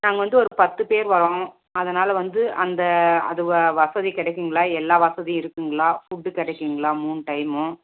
நாங்கள் வந்து ஒரு பத்து பேர் வரோம் அதனால் வந்து அந்த அது வ வசதி கிடைக்குங்களா எல்லா வசதியும் இருக்குங்களா ஃபுட்டு கிடைக்குங்களா மூணு டைமும்